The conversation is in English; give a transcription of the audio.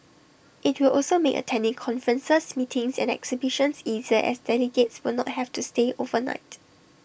IT will also make attending conferences meetings and exhibitions easier as delegates will not have to stay overnight